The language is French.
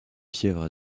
fièvre